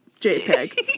JPEG